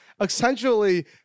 Essentially